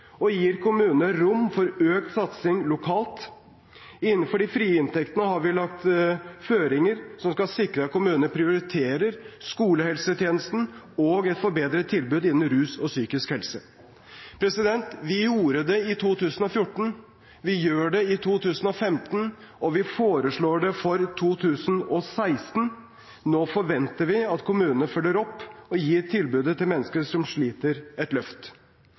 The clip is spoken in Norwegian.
og gir kommunene rom for økt satsing lokalt. Innenfor de frie inntektene har vi lagt føringer som skal sikre at kommunene prioriterer skolehelsetjenesten og et forbedret tilbud innen rus og psykisk helse. Vi gjorde det i 2014, vi gjør det i 2015, og vi foreslår det for 2016. Nå forventer vi at kommunene følger opp og gir tilbudet til mennesker som sliter, et løft.